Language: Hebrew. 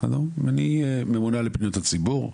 אני ממונה על פניות הציבור,